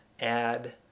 add